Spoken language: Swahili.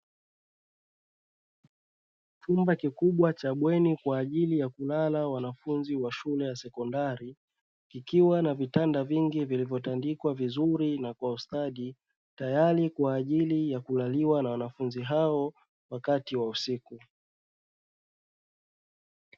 Chumba kikubwa cha bweni kwa ajili ya kulala wanafunzi wa shule ya sekondari, kukiwa na vitanda vingi vilivyotandikwa vizuri na kwa ustadi tayari kwa ajili ya kulaliwa na wanafunzi hao wakati wa usiku.